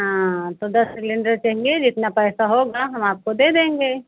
हाँ तो दस सिलेण्डर चाहिए जितना पैसा होगा हम आपको दे देंगे